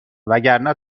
وگرنه